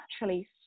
naturally